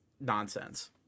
nonsense